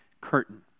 curtain